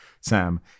Sam